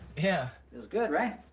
yeah. feels good, right?